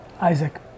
Isaac